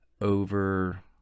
over